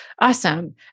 Awesome